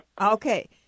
Okay